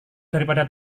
daripada